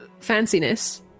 fanciness